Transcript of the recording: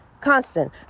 Constant